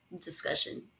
discussion